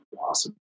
awesome